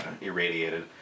irradiated